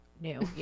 new